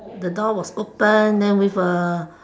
the door was open then with a